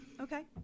Okay